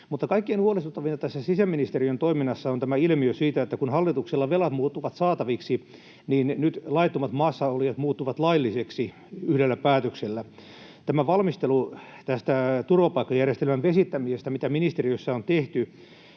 Kaikkein huolestuttavinta tässä sisäministeriön toiminnassa on tämä ilmiö, että niin kuin hallituksella velat muuttuvat saataviksi, nyt laittomat maassaolijat muuttuvat laillisiksi yhdellä päätöksellä. Tästä valmistelusta turvapaikkajärjestelmän vesittämisestä, mitä ministeriössä on tehty,